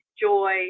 joy